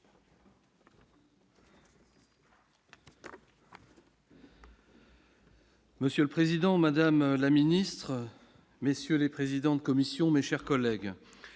Monsieur le Président, Madame la ministre, messieurs les présidents de commission, mes chers collègues,